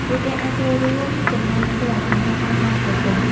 ពួកគេអាចចូលរួមចំណែកផ្ទាល់ក្នុងការកសាងប្រទេស។